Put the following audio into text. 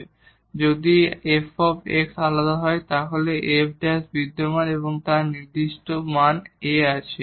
সুতরাং যদি f আলাদা হয় তাহলে f বিদ্যমান এবং তার নির্দিষ্ট মান A আছে